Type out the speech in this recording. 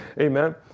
Amen